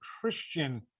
Christian